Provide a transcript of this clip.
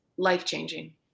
life-changing